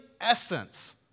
essence